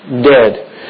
dead